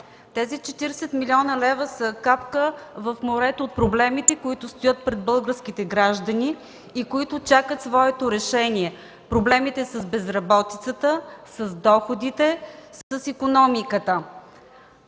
Тези 40 млн. лв. са капка в морето от проблемите, които стоят пред българските граждани и които чакат своето решение – проблемите с безработицата, с доходите, с икономиката.